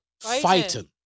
fighting